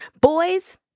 Boys